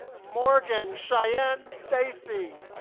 morgan cheyenne stacy